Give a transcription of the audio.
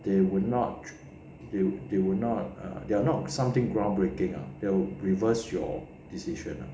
they were not they were not they're not something groundbreaking ah that will reverse your decision